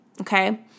Okay